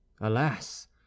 alas